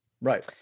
Right